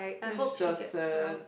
is just sad